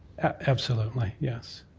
absolutely, yes.